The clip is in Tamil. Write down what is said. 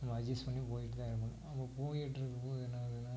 நம்ம அட்ஜஸ்ட் பண்ணி போயிட்டு தான் இருக்கணும் நம்ம போயிட்டிருக்கும் போது என்னாகுதுன்னால்